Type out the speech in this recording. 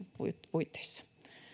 puitteissa